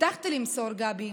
הבטחתי למסור, גבי.